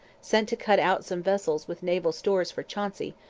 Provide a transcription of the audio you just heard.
sent to cut out some vessels with naval stores for chauncey,